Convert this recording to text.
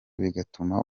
bigatuma